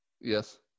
Yes